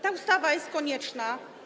Ta ustawa jest konieczna.